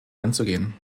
anzugehen